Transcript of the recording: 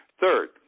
Third